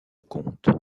conte